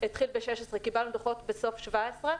התחיל ב-2016, קיבלנו דוחות בסוף 2017,